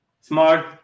Smart